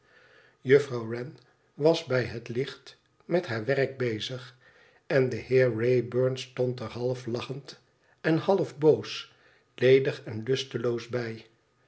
juffrouw wren was bij het licht met haar werk bezig en de heer wrayburn stond er half lachend en half boos ledig en lusteloos bij